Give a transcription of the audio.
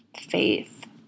faith